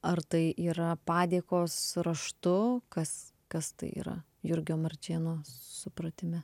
ar tai yra padėkos raštu kas kas tai yra jurgio marčėno supratime